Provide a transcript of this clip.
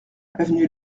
avenue